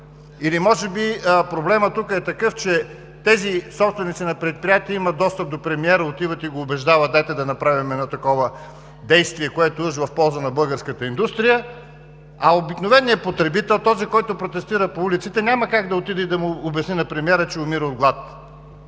Или може би проблемът тук е такъв, че тези собственици на предприятия имат достъп до премиера, отиват и го убеждават: дайте да направим едно такова действие, което е уж в полза на българската индустрия, а обикновеният потребител, този, който протестира по улиците, няма как да отиде и да му обясни на премиера, че умира от глад.